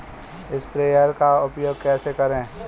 Sprayer का उपयोग कैसे करें?